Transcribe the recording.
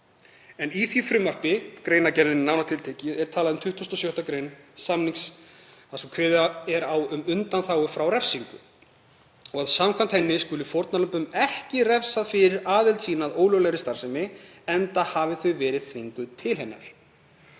en í því frumvarpi, greinargerðinni nánar tiltekið, er talað um 26. gr. samnings þar sem kveðið er á um undanþágu frá refsingu. Samkvæmt henni skuli fórnarlömbum ekki refsað fyrir aðild sína að ólöglegri starfsemi enda hafi þau verið þvinguð til hennar.